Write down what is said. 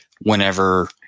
whenever